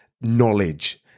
knowledge